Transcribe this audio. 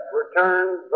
returned